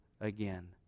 again